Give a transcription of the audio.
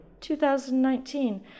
2019